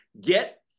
Get